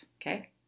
okay